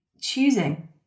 choosing